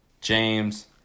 James